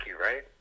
right